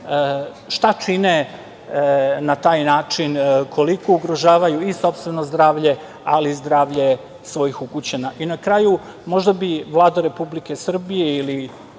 šta čine na taj način, koliko ugrožavaju i sopstveno zdravlje, ali i zdravlje svojih ukućana.I na kraju možda bi Vlada Republike Srbije ili